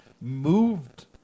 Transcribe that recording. moved